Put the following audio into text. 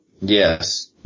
Yes